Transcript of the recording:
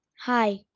Hi